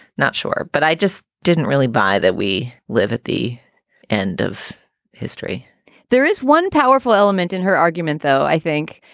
not sure. but i just didn't really buy that. we live at the end of history there is one powerful element in her argument, though, i think,